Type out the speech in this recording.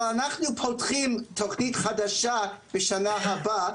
אבל אנחנו פותחים תוכנית חדשה בשנה הבאה,